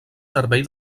servei